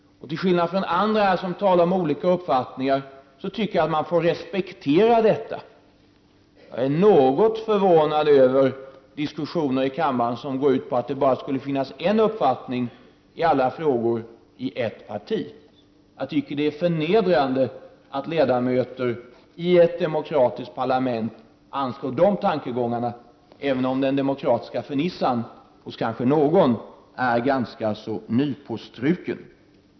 Till skillnad från andra som talat om olika uppfattningar tycker jag att man får respektera detta. Jag är något förvånad över diskussioner i kammaren som går ut på att det bara skulle finnas en uppfattning i alla frågor inom ett parti. Jag tycker att det är förnedrande att ledamöter i ett demokratiskt parlament anför de tankegångarna, även om den demokratiska fernissan hos någon kanske är ganska nypåstruken.